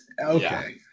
Okay